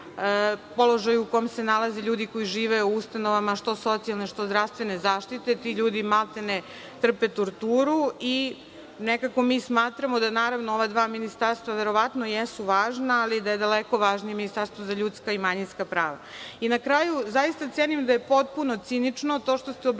položaju u kom se nalaze ljudi koji žive u ustanovama, što socijalne, što zdravstvene zaštite, ti ljudi, maltene, trpe torturu. Nekako, mi smatramo da, naravno, ova dva ministarstva verovatno jesu važna, ali da je daleko važnije ministarstvo za ljudska i manjinska prava. Na kraju, zaista cenim da je potpuno cinično to što ste u